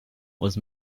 was